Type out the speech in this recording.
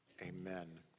amen